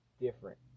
different